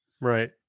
Right